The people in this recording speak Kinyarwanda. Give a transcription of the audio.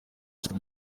icyo